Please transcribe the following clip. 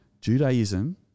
Judaism